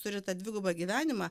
turi tą dvigubą gyvenimą